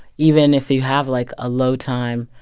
even if you have, like, a low time,